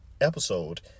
episode